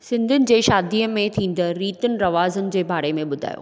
सिंधियुनि जे शादीअ में थींदड़ रीतियुनि रवाजनि जे बारे में ॿुधायो